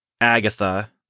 Agatha